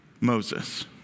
Moses